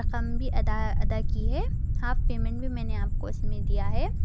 رقم بھی ادا ادا کی ہے ہاف پیمنٹ بھی میں نے آپ کو اس میں دیا ہے